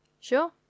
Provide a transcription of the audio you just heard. Sure